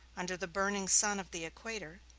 under the burning sun of the equator,